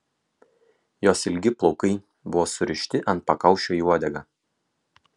jos ilgi plaukai buvo surišti ant pakaušio į uodegą